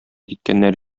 киткәннәр